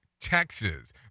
Texas